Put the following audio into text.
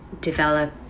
develop